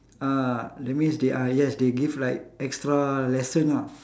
ah that means they are yes they give like extra lesson ah